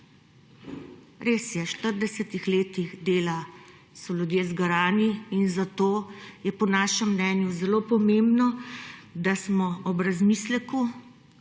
štiridesetih letih dela so ljudje zgarani in zato je po našem mnenju zelo pomembno, da smo ob razmisleku